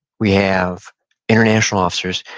we have international officers,